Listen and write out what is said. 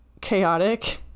chaotic